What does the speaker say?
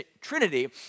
Trinity